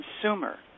consumer